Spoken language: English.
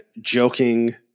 joking